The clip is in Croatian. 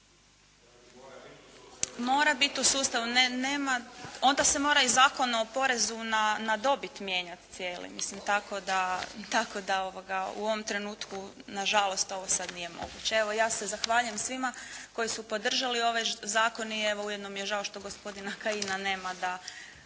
Mora biti u sustavu, nema. Onda se mora i Zakon o porezu na dobit mijenjati cijeli, tako da u ovom trenutku nažalost ovo sada nije moguće. Evo, ja se zahvaljujem svima koji su podržali ovaj zakon. I evo ujedno mi je žao što gospodina Kajina nema da